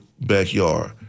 backyard